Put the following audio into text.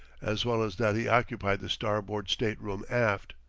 as well as that he occupied the starboard state-room aft.